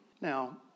Now